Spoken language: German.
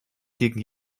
gegen